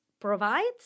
provides